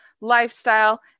lifestyle